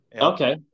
Okay